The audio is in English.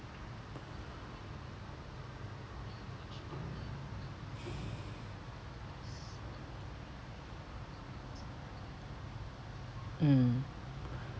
mm